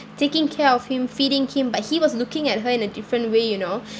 taking care of him feeding him but he was looking at her in a different way you know